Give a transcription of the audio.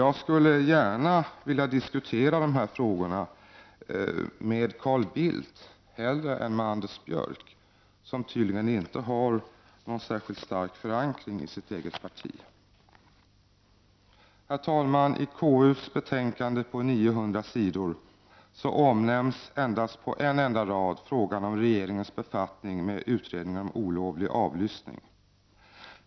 Jag skulle gärna vilja diskutera dessa frågor med Carl Bildt — hellre än med Anders Björck, som tydligen inte har någon särskilt stark förankring i sitt eget parti. Herr talman! I KUs betänkande på 900 sidor omnämns endast på en enda rad frågan om regeringens befattning med utredningen om olovlig avlyssning.